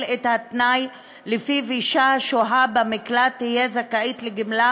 את התנאי שלפיו אישה השוהה במקלט תהיה זכאית לגמלה